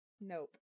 Nope